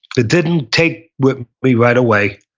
it didn't take with me right away,